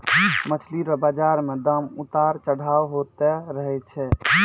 मछली रो बाजार मे दाम उतार चढ़ाव होते रहै छै